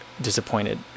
disappointed